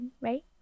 right